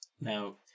Now